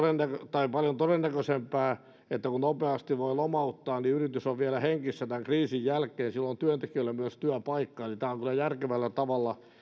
paljon todennäköisempää että kun nopeasti voi lomauttaa niin yritys on vielä hengissä tämän kriisin jälkeen silloin on työntekijöillä myös työpaikka eli tämä on kyllä järkevällä